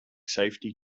safety